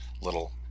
little